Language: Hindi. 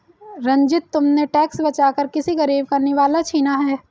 रंजित, तुमने टैक्स बचाकर किसी गरीब का निवाला छीना है